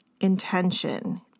intention